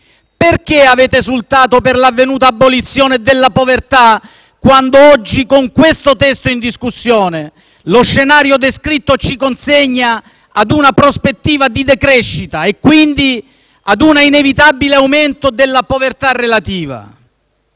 Perché avete esultato per l'avvenuta abolizione della povertà, quando oggi, con questo testo in discussione, lo scenario descritto ci consegna ad una prospettiva di decrescita e quindi ad un inevitabile aumento della povertà relativa?